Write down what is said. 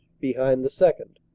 behind the second.